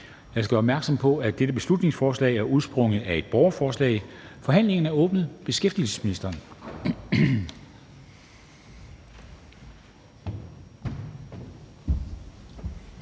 Jeg skal gøre opmærksom på, at dette beslutningsforslag er udsprunget af et borgerforslag. Forhandlingen er åbnet, og det er først beskæftigelsesministeren.